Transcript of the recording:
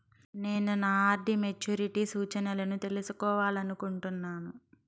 నేను నా RD maturity సూచనలను తెలుసుకోవాలనుకుంటున్నాను